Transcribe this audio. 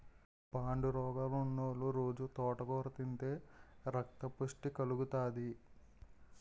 పాండురోగమున్నోలు రొజూ తోటకూర తింతే రక్తపుష్టి కలుగుతాది